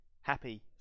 happy